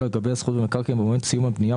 לגבי הזכות במקרקעין במועד סיום הבנייה,